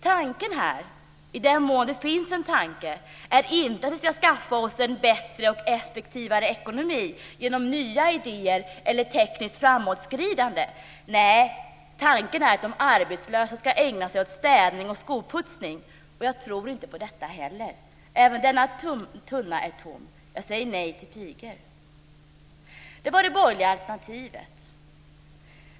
Tanken bakom den, i den mån det finns en tanke, är inte att vi ska skaffa oss en bättre och effektivare ekonomi genom nya idéer eller tekniskt framåtskridande. Nej, tanken är att de arbetslösa ska ägna sig åt städning och skoputsning. Jag tror inte heller på detta. Även denna tunna är tom. Jag säger nej till pigor. Det var det borgerliga alternativet.